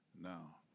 Now